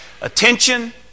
attention